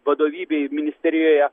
vadovybei ministerijoje